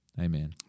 Amen